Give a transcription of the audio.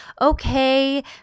okay